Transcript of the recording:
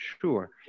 sure